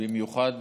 במיוחד,